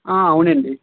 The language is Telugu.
అవునండి